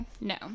No